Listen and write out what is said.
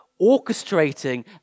orchestrating